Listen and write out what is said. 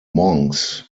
monks